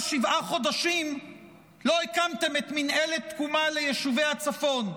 שבעה חודשים לא הקמתם את מינהלת תקומה ליישובי הצפון?